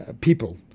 People